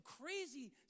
crazy